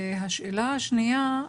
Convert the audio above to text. השאלה השנייה,